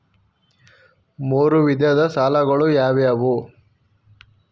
ಮೂರು ವಿಧದ ಸಾಲಗಳು ಯಾವುವು?